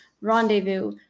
rendezvous